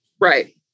Right